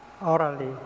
orally